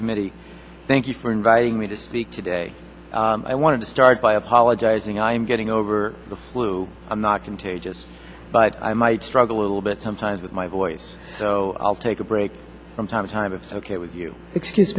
committee thank you for inviting me to speak today i want to start by apologizing i am getting for the flu i'm not contagious but i might struggle a little bit sometimes with my voice so i'll take a break from time to time it's ok with you excuse